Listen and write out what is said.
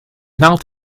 naald